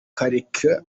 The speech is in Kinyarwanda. karake